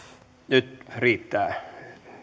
nyt riittää